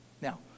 Now